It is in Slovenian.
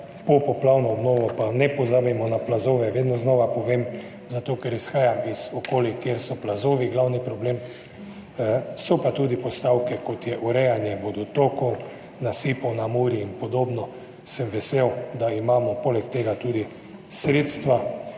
popoplavno obnovo ne bomo pozabili na plazove, vedno znova povem zato, ker izhajam iz okolij, kjer so glavni problem plazovi. So pa tudi postavke, kot je urejanje vodotokov, nasipov na Muri in podobno. Vesel sem, da imamo poleg tega tudi sredstva